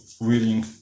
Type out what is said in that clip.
willing